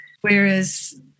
Whereas